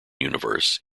universe